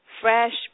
fresh